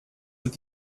that